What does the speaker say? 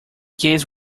case